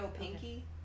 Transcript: Pinky